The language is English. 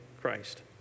Christ